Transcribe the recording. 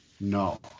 No